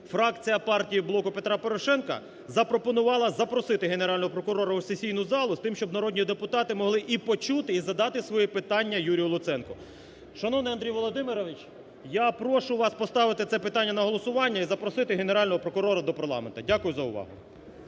фракція партії "Блоку Петра Порошенка" запропонувала запросити Генерального прокурора у сесійну залу з тим, щоб народні депутати могли і почути, і задати свої питання Юрію Луценку. Шановний Андрій Володимирович, я прошу вас поставити це питання на голосування і запросити Генерального прокурора до парламенту. Дякую за увагу.